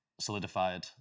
solidified